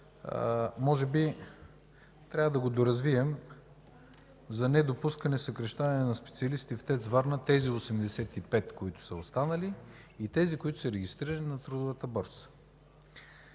може би трябва да го доразвием – за недопускане съкращаване на специалисти в ТЕЦ „Варна” – тези 85, които са останали, и тези, които са регистрирани на трудовата борса.